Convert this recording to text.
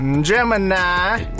Gemini